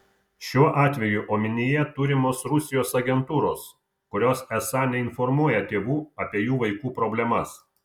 šiuo atveju omenyje turimos rusijos agentūros kurios esą neinformuoja tėvų apie jų vaikų problemas